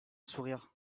sourire